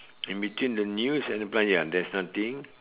in between the news and the plant ya there's nothing